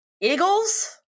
eagles